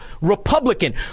Republican